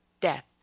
death